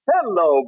Hello